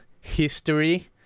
history